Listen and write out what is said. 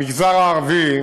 המגזר הערבי,